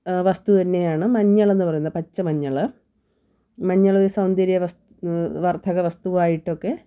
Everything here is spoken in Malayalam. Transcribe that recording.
വസ്തു തന്നെയാണ് മഞ്ഞൾ എന്ന് പറയുന്നത് പച്ച മഞ്ഞൾ മഞ്ഞൾ സൗന്ദര്യവർദ്ധകവസ്തുവായിട്ടൊക്കെ